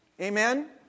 Amen